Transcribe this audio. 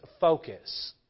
focus